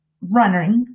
running